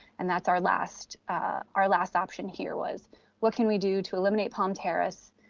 and that's our last our last option here was what can we do to eliminate palm terrace,